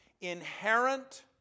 Inherent